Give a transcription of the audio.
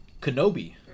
Kenobi